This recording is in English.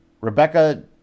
Rebecca